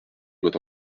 doit